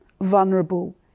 vulnerable